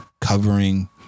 covering